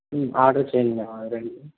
order చెయ్యండి ma'am అవి రెండు